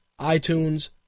iTunes